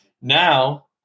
Now